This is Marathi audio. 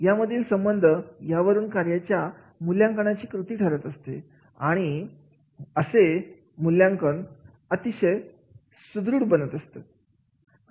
यामधील संबंध यावरून कार्याच्या मूल्यांकनाची कृती ठरत असते आणि असेमूल्यांकन अतिशय सुदृढ बनत असत